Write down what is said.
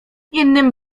innym